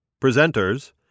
Presenters